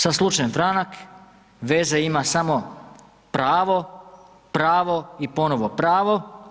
Sa slučajem Franak veze ima samo pravo, pravo i ponovo pravo.